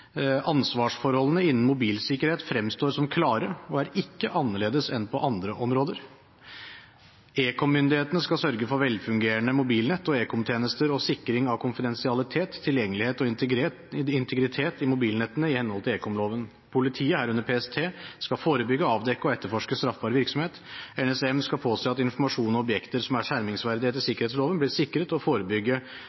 Ansvarsforholdene innen mobilsikkerhet fremstår som klare og er ikke annerledes enn på andre områder. Ekommyndighetene skal sørge for velfungerende mobilnett og ekomtjenester og sikring av konfidensialitet, tilgjengelighet og integritet i mobilnettene, i henhold til ekomloven. Politiet, herunder PST, skal forebygge, avdekke og etterforske straffbar virksomhet. NSM skal påse at informasjon og objekter som er skjermingsverdige etter sikkerhetsloven, blir sikret, og forebygge